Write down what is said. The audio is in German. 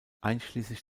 einschließlich